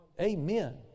Amen